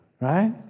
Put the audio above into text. right